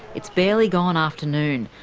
it's barely gone afternoon,